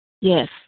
yes